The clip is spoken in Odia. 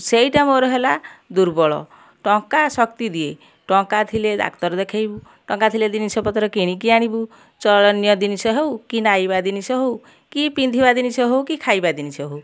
ସେଇଟା ମୋର ହେଲା ଦୁର୍ବଳ ଟଙ୍କା ଶକ୍ତି ଦିଏ ଟଙ୍କା ଥିଲେ ଡାକ୍ତର ଦେଖାଇବୁ ଟଙ୍କା ଥିଲେ ଜିନିଷ ପତର କିଣିକି ଆଣିବୁ ଚଳନୀୟ ଜିନିଷ ହେଉ ବା ନାଇବା ଜିନିଷ ହେଉ କି ପିନ୍ଧିବା ଜିନିଷ ହେଉ କି ଖାଇବା ଜିନିଷ ହେଉ